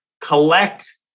collect